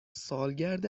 سالگرد